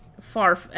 far